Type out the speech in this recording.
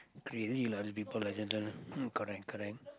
crazy lah other people like uh correct correct